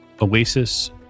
oasis